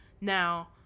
Now